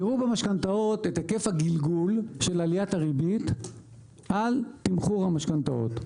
תיראו במשכנתאות את היקף הגלגול של עליית הריבית על תמחור המשכנתאות.